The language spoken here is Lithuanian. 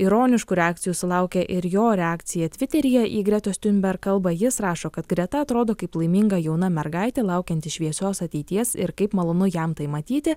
ironiškų reakcijų sulaukė ir jo reakcija tviteryje į gretos tiunber kalbą jis rašo kad greta atrodo kaip laiminga jauna mergaitė laukianti šviesios ateities ir kaip malonu jam tai matyti